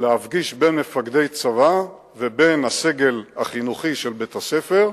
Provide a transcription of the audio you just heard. להפגיש מפקדי צבא עם הסגל החינוכי של בית-הספר,